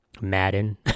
Madden